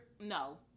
no